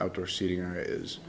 outdoor seating area